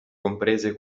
comprese